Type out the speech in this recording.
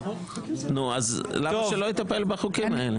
נו, למה שלא יטפל בחוקים האלה?